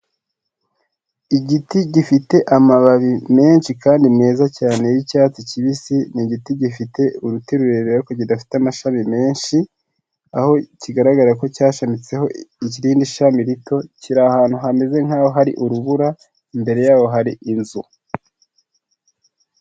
Igiti gifite amababi menshi kandi meza cyane y'icyatsi kibisi, ni igiti gifite uruti rurerure ariko kidafite amashami menshi, aho kigaragara ko cyashamitseho irindi shami rito, kiri ahantu hameze nk'ahari urubura, imbere yaho hari inzu.